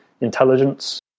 intelligence